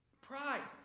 Pride